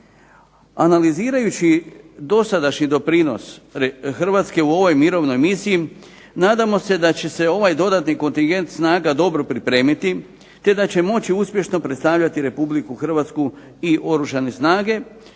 Analizirajući dosadašnji doprinos Hrvatske u mirovnoj misiji nadamo se da će se ovaj dodatni kontingent snaga dobro pripremiti i da će uspješno predstavljati Hrvatsku i Oružane snage